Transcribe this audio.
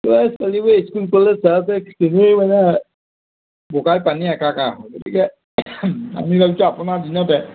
চলিব school college মানে বোকাই পানী একাকাৰ হয় গতিকে আমি ভাবিছোঁ আপোনাৰ দিনতে